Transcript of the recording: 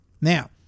Now